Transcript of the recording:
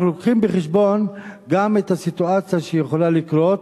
אנחנו לוקחים בחשבון גם את הסיטואציה שיכולה לקרות,